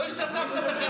לא השתתפת בכלל.